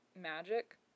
magic